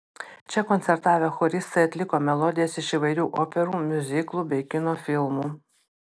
čia koncertavę choristai atliko melodijas iš įvairių operų miuziklų bei kino filmų